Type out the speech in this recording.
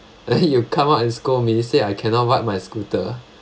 then you come out and scold me say I cannot ride my scooter